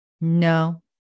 No